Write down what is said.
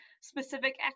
specific